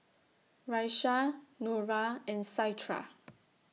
Raisya Nura and Citra